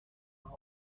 نامه